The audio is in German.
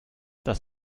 das